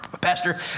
Pastor